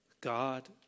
God